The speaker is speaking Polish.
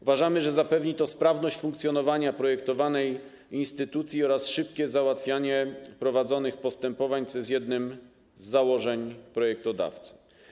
Uważamy, że zapewni to sprawność funkcjonowania projektowanej instytucji oraz szybkie załatwianie prowadzonych postępowań, co jest jednym z założeń projektodawców.